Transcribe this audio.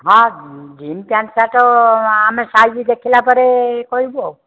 ହଁ jean pant shirt ଆମେ size ଦେଖିଲା ପରେ କହିବୁ ଆଉ